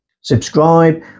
Subscribe